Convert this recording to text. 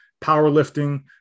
powerlifting